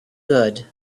good